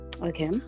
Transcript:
Okay